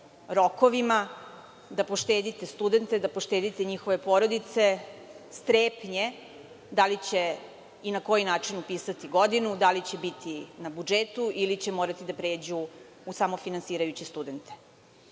rokovima, da poštedite studente, da poštedite njihove porodice strepnje da li će i na koji način upisati godinu, da li će biti na budžetu ili će morati da pređu u samofinansirajuće studente. Dakle,